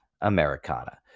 Americana